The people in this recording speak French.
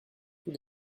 tous